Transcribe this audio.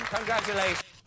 Congratulations